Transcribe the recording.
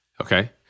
Okay